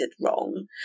wrong